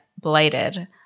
blighted